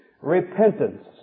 Repentance